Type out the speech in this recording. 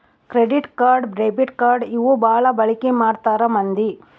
credit card debit card ಇವು ಬಾಳ ಬಳಿಕಿ ಮಾಡ್ತಾರ ಮಂದಿ